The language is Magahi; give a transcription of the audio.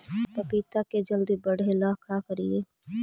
पपिता के जल्दी बढ़े ल का करिअई?